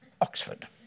Oxford